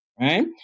right